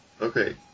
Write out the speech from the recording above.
Okay